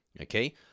okay